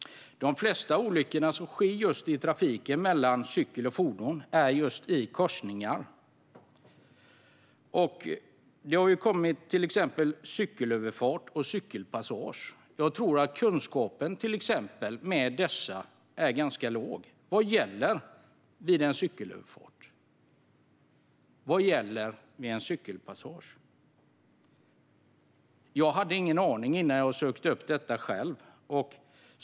De flesta olyckor som sker mellan cykel och fordon i trafiken händer i korsningar. Det har till exempel kommit cykelöverfarter och cykelpassager, och jag tror att kunskapen om dessa är ganska låg. Vad gäller vid en cykelöverfart? Vad gäller vid en cykelpassage? Jag hade ingen aning innan jag sökte upp informationen själv.